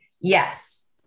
Yes